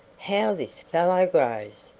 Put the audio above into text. how this fellow grows!